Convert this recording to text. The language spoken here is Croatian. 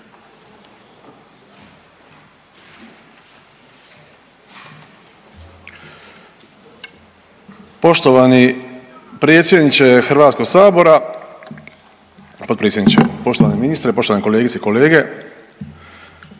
Poštovani predsjedniče HS, potpredsjedniče, poštovani ministre, poštovane kolegice i kolege.